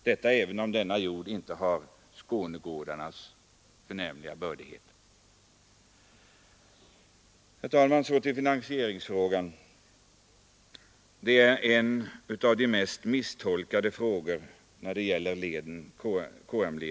Detta gäller även om denna jord inte har Skånegårdarnas bördighet. Herr talman! Jag kommer så till finansieringsfrågan. Det är en av de mest misstolkade frågor när det gäller KM-leden.